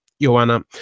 Joanna